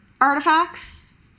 artifacts